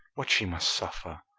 what she must suffer!